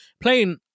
playing